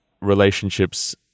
relationships